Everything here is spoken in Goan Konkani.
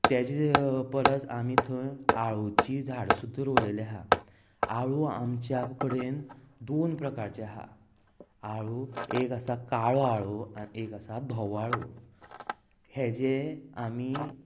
तेच्या परस आमी थंय आळूची झाडां सुद्दां रोंवलेली आहा आळू आमच्या कडेन दोन प्रकारचे आहा एक आसा काळो आळू एक आसा धवो आळू हे जे आमी